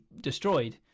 destroyed